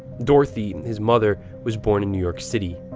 dorothy, his mother, was born in new york city.